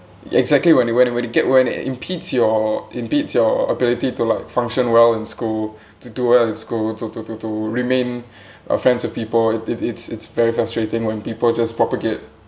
exactly when it when it when it get when it impedes your impedes your ability to like function well in school to do well in school to to to remain uh friends with people it it it's it's very frustrating when people just propagate